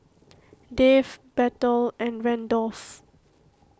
Dave Bethel and Randolph